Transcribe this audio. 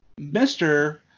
Mr